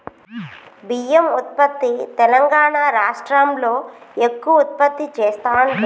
బియ్యం ఉత్పత్తి తెలంగాణా రాష్ట్రం లో ఎక్కువ ఉత్పత్తి చెస్తాండ్లు